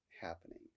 happening